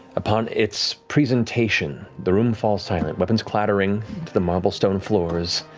upon its presentation, the room falls silent, weapons clattering to the marble stone floors.